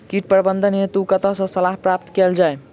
कीट प्रबंधन हेतु कतह सऽ सलाह प्राप्त कैल जाय?